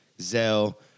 Zell